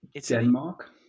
Denmark